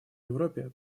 европе